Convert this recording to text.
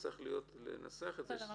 צריך לנסח את זה -- בסדר.